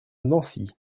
nancy